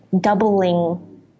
doubling